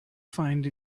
find